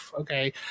Okay